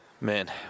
Man